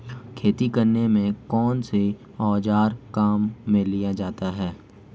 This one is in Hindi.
खेती करने में कौनसे औज़ार काम में लिए जाते हैं?